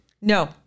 No